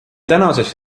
tänasest